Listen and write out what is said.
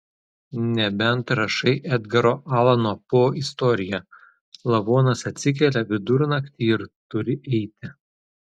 nebent rašai edgaro alano po istoriją lavonas atsikelia vidurnaktį ir turi eiti